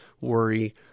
worry